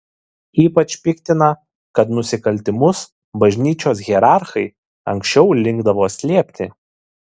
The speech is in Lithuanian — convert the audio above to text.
ypač piktina kad nusikaltimus bažnyčios hierarchai anksčiau linkdavo slėpti